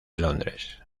londres